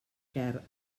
ger